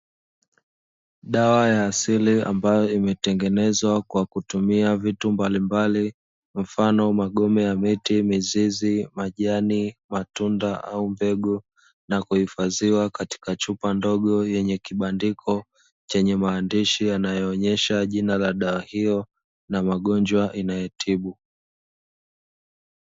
Dawa ya asili ambayo imetengenezwa kwa kutumia vitu mbalimbali mfano: magome ya miti, mizizi, majani, matunda au mbegu; na kuhifadhiwa katika chupa ndogo yenye kibandiko chenye maandishi yanayoonyesha jina la dawa hiyo, na magonjwa inayotibu.